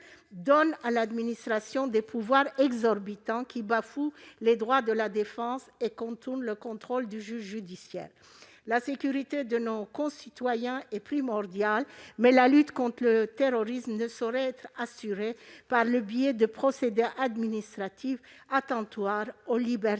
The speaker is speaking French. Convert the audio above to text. donnent à l'administration des pouvoirs exorbitants, qui bafouent les droits de la défense et contournent le contrôle du juge judiciaire. La sécurité de nos concitoyens est primordiale, mais la lutte contre le terrorisme ne saurait être assurée par le biais de procédures administratives attentatoires aux libertés